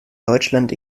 deutschland